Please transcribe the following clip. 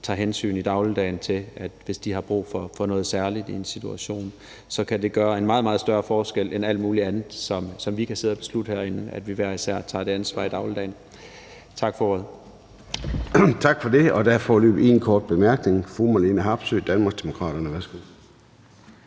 tager hensyn til det, hvis de i en situation har brug for noget særligt. Det kan gøre en meget, meget større forskel end alt muligt andet, som vi kan sidde og beslutte herinde, at vi hver især tager et ansvar i dagligdagen. Tak for ordet. Kl. 14:18 Formanden (Søren Gade): Tak for det. Der er foreløbig en kort bemærkning. Fru Marlene Harpsøe, Danmarksdemokraterne.